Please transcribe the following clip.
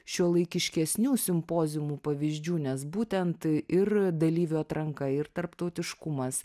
šiuolaikiškesnių simpoziumų pavyzdžių nes būtent ir dalyvių atranka ir tarptautiškumas